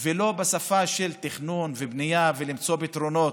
ולא בשפה של תכנון ובנייה ולמצוא פתרונות.